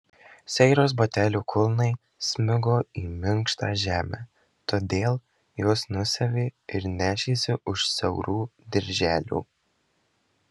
seiros batelių kulnai smigo į minkštą žemę todėl juos nusiavė ir nešėsi už siaurų dirželių